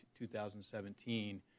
2017